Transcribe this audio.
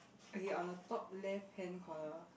okay on the top left hand corner